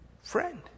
Friend